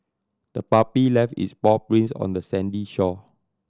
the puppy left its paw prints on the sandy shore